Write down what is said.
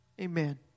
Amen